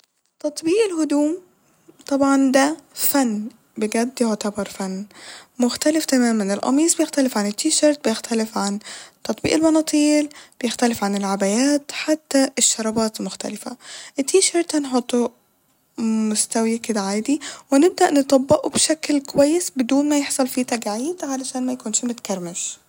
تطبيق الهدوم طبعا ده فن بجد يعتبر فن مختلف تماما ، القميص بيختلف عن التيشرت بيختلف عن تطبيق البناطيل بيختلف عن العبايات حتى الشرابات مختلفة ، التيشرت هنحطه م- ستوي كده عادي ونبدأ نطبقه بشكل كويس بدون ما يحصل فيه تجاعيد عشان ميكونش متكرمش